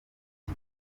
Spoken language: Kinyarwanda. ati